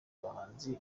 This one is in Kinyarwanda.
abahanzi